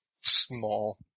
small